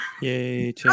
Yay